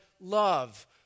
love